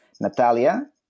Natalia